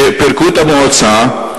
שפירקו את המועצה,